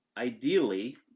ideally